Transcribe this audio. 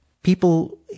people